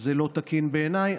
זה לא תקין בעיניי.